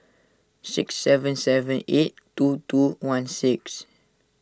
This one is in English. six seven seven eight two two one six